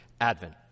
Advent